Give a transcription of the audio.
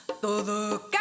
todo